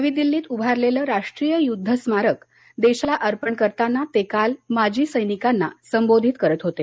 नवी दिल्लीत उभारलेलं राष्ट्रीय युद्ध स्मारक देशाला अर्पण करताना ते काल माजी सैनिकांना संबोधित करत होते